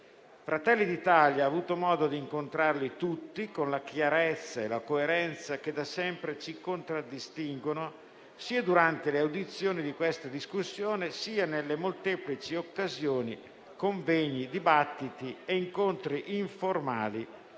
Fratelli d'Italia ha avuto modo di incontrarli tutti, con la chiarezza e la coerenza che da sempre ci contraddistinguono, sia durante le audizioni svolte nel corso dell'esame del provvedimento, sia nelle molteplici occasioni (convegni, dibattiti e incontri informali)